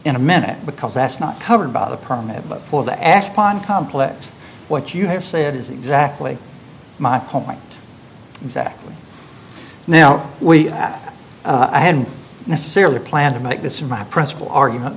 in a minute because that's not covered by the permit but for the asp on complex what you have said is exactly my point exactly now we hadn't necessarily planned to make this my principal argument